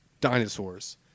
dinosaurs